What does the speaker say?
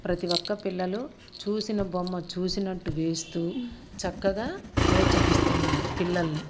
ప్రతీ ఒక్క పిల్లలు చూసిన బొమ్మ చూసినట్టు వేస్తూ చక్కగా ప్రోత్సహిస్తున్నారు పిల్లలని